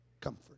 comfort